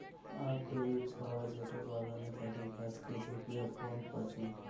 আক গরীব ছাওয়া যেটা বাগানে থাকি গাছকে ঝাকিয়ে ফল পাইচুঙ